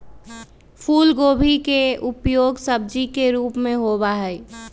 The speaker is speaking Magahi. फूलगोभी के उपयोग सब्जी के रूप में होबा हई